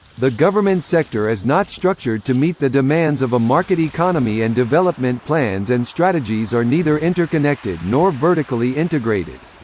the government sector is not structured to meet the demands of a market economy and development plans and strategies are neither interconnected nor vertically integrated.